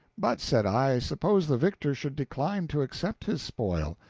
but, said i, suppose the victor should decline to accept his spoil?